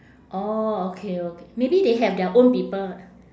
orh okay okay maybe they have their own people